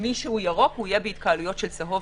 מי שהוא ירוק, יהיה בהתקהלויות של צהוב.